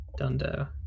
Dundo